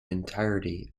entirety